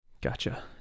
Gotcha